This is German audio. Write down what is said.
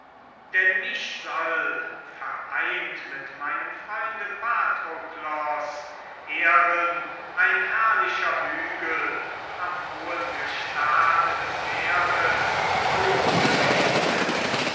denn mich soll vereint mit meinem freunde patroklos ehren ein herrlicher hügel am hohen gestade des meeres aufgerichtet